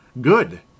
good